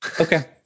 Okay